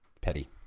Petty